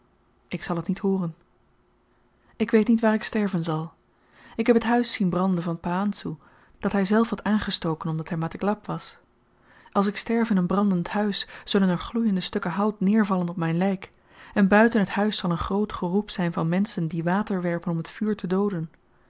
ik zal t niet hooren ik weet niet waar ik sterven zal ik heb het huis zien branden van pa ansoe dat hyzelf had aangestoken omdat hy mata glap was als ik sterf in een brandend huis zullen er gloeiende stukken hout neervallen op myn lyk en buiten het huis zal een groot geroep zyn van menschen die water werpen om het vuur te dooden